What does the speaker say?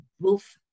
wolf